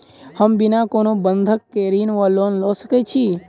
हम बिना कोनो बंधक केँ ऋण वा लोन लऽ सकै छी?